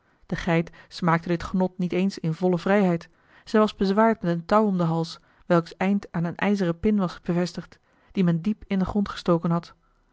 de geit smaakte dit genot niet eens in volle vrijheid zij was bezwaard met een touw om den hals welks eind aan eene ijzeren pin was bevestigd die men diep in den grond gestoken had